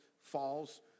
falls